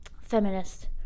feminist